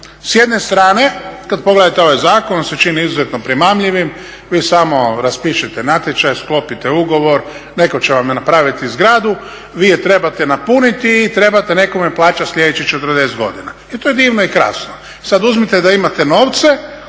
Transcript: s jedne strane kada pogledate ovaj zakon on vam se čini izuzetno primamljivi, vi samo raspišete natječaj, sklopite ugovor, netko će vam napraviti zgradu, vi je trebate napuniti i trebate nekome plaćati sljedećih 40 godina. I to je divno i krasno.